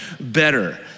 better